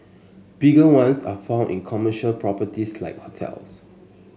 bigger ones are found in commercial properties like hotels